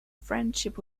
friendship